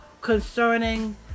concerning